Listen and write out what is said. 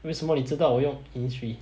为什么你知道我用 Innisfree